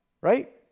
right